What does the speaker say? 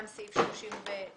גם סעיף 33